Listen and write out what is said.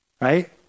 right